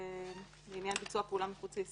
אין צורך שתגיב, אני יודע שאתם מנסים לעשות.